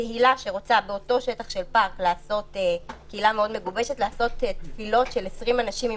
קהילה שרוצה באותו שטח של פארק לעשות תפילות בקבוצות של 20 אנשים,